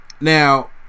now